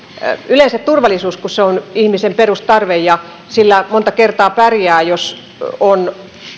yleensä turvallisuus on ihmisen perustarve ja sillä monta kertaa pärjää jos on